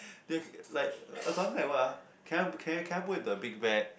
their like uh I sounded like what ah can I can I can I put in the big bag